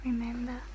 Remember